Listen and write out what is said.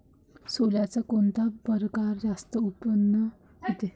सोल्याचा कोनता परकार जास्त उत्पन्न देते?